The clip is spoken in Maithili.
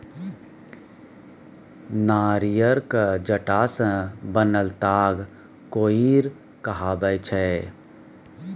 नारियरक जट्टा सँ बनल ताग कोइर कहाबै छै